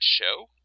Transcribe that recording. show